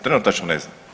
Trenutačno ne znam.